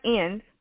end